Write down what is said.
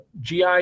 GI